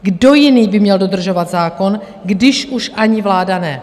Kdo jiný by měl dodržovat zákon, když už ani vláda ne?